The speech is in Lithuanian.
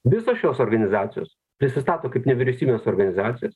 visos šios organizacijos prisistato kaip nevyriausybinės organizacijos